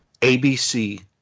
ABC